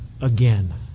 again